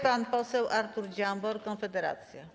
Pan poseł Artur Dziambor, Konfederacja.